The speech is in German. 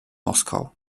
moskau